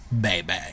baby